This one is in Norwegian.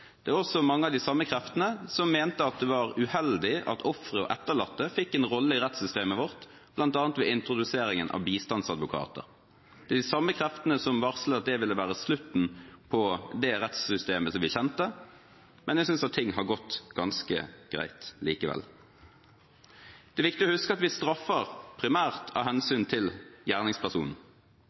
Det er også mange av de samme kreftene som mente at det var uheldig at ofre og etterlatte fikk en rolle i rettssystemet vårt, bl.a. ved introduseringen av bistandsadvokater, de samme kreftene som varslet at det ville være slutten på det rettssystemet som vi kjente, men jeg synes ting har gått ganske greit likevel. Det er viktig å huske at vi straffer primært av hensyn til gjerningspersonen.